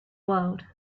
world